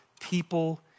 people